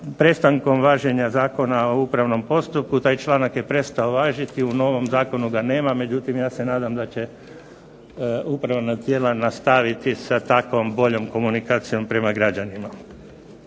prestankom važenja Zakona o upravnom postupku taj članak je prestao važiti. U novom zakonu ga nema. Međutim, ja se nadam da će upravna tijela nastaviti sa takvom boljom komunikacijom prema građanima.